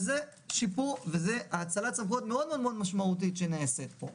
וזה שיפור וזו האצלת סמכויות מאוד מאוד משמעותית שנעשית פה.